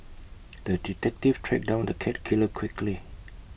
the detective tracked down the cat killer quickly